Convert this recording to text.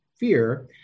fear